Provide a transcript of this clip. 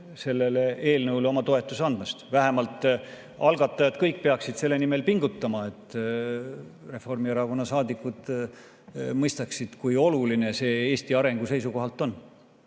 sellele eelnõule oma toetuse andma. Vähemalt algatajad kõik peaksid selle nimel pingutama, et Reformierakonna saadikud mõistaksid, kui oluline see Eesti arengu seisukohalt on.